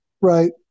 Right